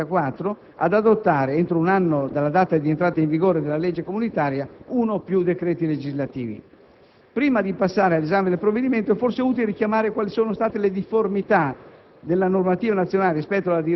2003/54/CE, ad adottare, entro un anno dalle date di entrata in vigore della legge comunitaria, uno o più decreti legislativi. Prima di passare all'esame del provvedimento, è forse utile richiamare quali sono state le difformità